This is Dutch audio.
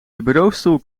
bureaustoel